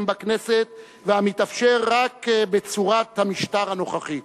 בכנסת והמתאפשר רק בצורת המשטר הנוכחית.